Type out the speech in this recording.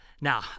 Now